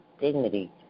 dignity